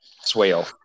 swale